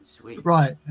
Right